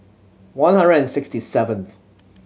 one hundred and sixty seventh